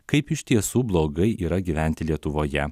kaip iš tiesų blogai yra gyventi lietuvoje